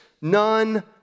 none